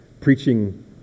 preaching